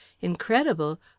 Incredible